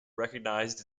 recognized